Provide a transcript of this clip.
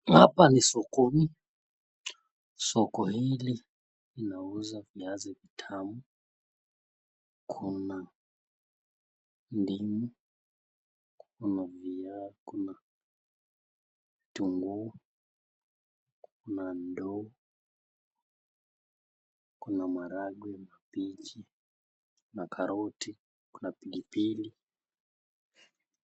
Hapa ni sokoni. Soko hili linauza viazi tamu. Kuna ndimu, kuna vitunguu, kuna ndoo, kuna maharagwe, kabeji, na karoti, kuna pilipili.